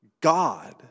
God